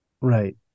Right